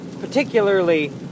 particularly